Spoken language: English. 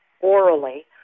orally